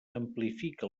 amplifica